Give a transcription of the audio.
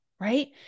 right